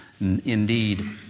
indeed